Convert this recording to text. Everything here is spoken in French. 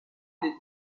les